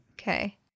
Okay